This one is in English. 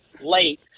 late